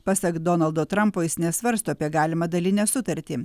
pasak donaldo trampo jis nesvarsto apie galimą dalinę sutartį